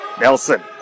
Nelson